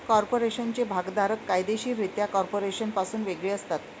कॉर्पोरेशनचे भागधारक कायदेशीररित्या कॉर्पोरेशनपासून वेगळे असतात